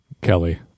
Kelly